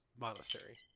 Monastery